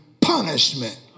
punishment